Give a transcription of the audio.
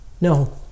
No